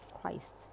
Christ